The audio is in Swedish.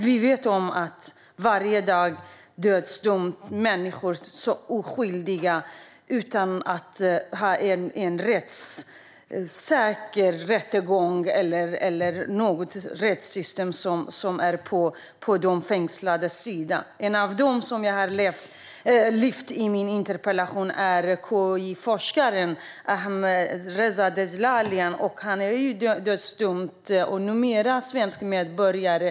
Vi vet också att oskyldiga människor varje dag döms till döden utan att få en rättssäker rättegång och utan att något i rättssystemet är på de fängslades sida. En av dem, som jag tog upp i min interpellation, är KI-forskaren Ahmadreza Djalali. Han är dödsdömd och numera svensk medborgare.